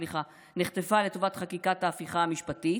סליחה, נחטפה לטובת חקיקת ההפיכה המשפטית,